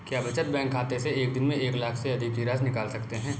क्या बचत बैंक खाते से एक दिन में एक लाख से अधिक की राशि निकाल सकते हैं?